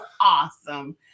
awesome